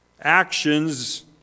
Actions